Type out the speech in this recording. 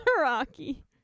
Rocky